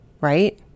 right